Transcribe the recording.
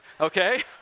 okay